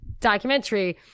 documentary